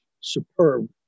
superb